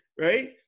right